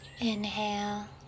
Inhale